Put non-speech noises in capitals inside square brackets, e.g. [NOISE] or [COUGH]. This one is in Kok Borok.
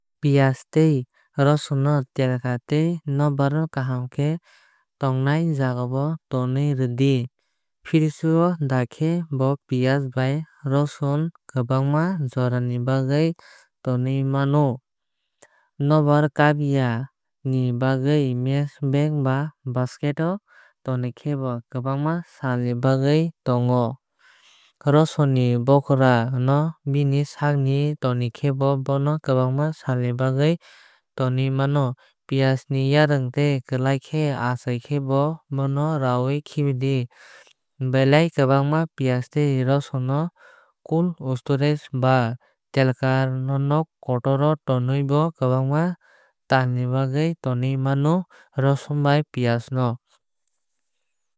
Piyaj tei rosun no telkar tei nokbar kaham khe tongnai jagao tonwi di. Fridge o dakhe bo piyaj bai rosun no kwbangma jora ni bagwui tonui mano. Nokbar hapya [HESITATION] ni bagwi mesh bag ba basket tonikhe bo kwbangma sal ni bagwi tongo. Rosun ni bokra no bini swkagwi [HESITATION] tonikhe bo bono kwbangma sal ni bagwi tonui mano. Piyaj ni yarwng tei bwlai achaikhe bo bono rawui khibidi. Belai kwbangma piyaj tei rosun no cold storage ba telkar nok kotor o tonui bo kwbangma taal ni bagwi tonui mano rosun bai piyaj no.